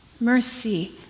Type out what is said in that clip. mercy